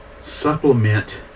supplement